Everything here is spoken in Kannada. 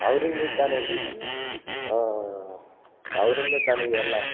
ಅವರಿಂದ ತಾನೇ ಇದೆಲ್ಲ ಅವರಿಂದ ತಾನೇ ಇದೆಲ್ಲ